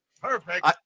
Perfect